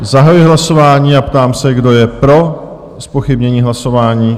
Zahajuji hlasování a ptám se, kdo je pro zpochybnění hlasování?